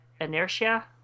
Inertia